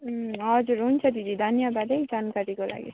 हजुर हुन्छ दिदी धन्यवाद है जानकारीको लागि